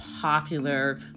popular